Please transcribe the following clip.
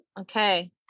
Okay